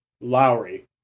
Lowry